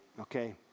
okay